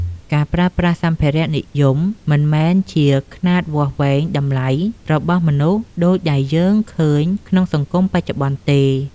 ការប្រើប្រាស់សម្ភារៈនិយមមិនមែនជាខ្នាតវាស់វែងតម្លៃរបស់មនុស្សដូចដែលយើងឃើញក្នុងសង្គមបច្ចុប្បន្នទេ។